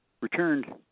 returned